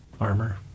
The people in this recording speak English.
Armor